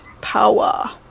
Power